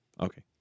Okay